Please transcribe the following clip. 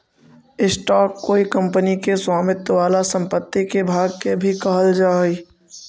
stock कोई company के स्वामित्व वाला संपत्ति के भाग के भी कहल जा हई